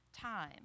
time